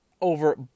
over